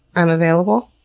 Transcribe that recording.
i'm available?